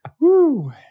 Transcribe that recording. Woo